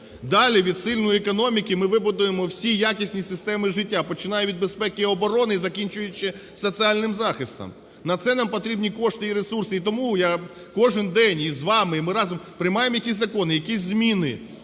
Далі від сильної економіки ми вибудуємо всі якісні системи життя, починаючи від безпеки і оборони і закінчуючи соціальним захистом. На це нам потрібні кошти і ресурси. І тому я кожен день і з вами, і ми разом приймаємо якісь закони, якісь зміни,